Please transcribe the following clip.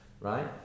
right